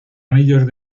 anillos